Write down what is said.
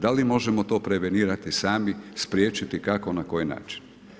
Da li možemo to prevenirati sami, spriječiti kako na koji način?